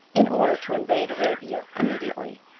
in order to invade arabia immediately.